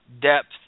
depth